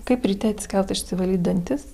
kaip ryte atsikelt išsivalyt dantis